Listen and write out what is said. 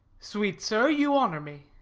sweet sir, you honour me.